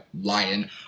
Lion